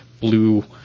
blue